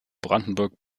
brandenburg